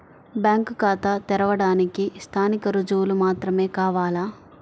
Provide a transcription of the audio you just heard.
Bank ఖాతా తెరవడానికి స్థానిక రుజువులు మాత్రమే కావాలా?